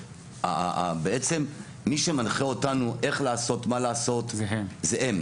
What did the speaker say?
בעצם מי שמנחה אותנו איך לעשות, מה לעשות זה הם.